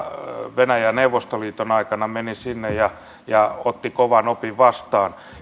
venäjä neuvostoliiton aikana meni sinne ja ja otti kovan opin vastaan